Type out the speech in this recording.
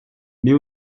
mais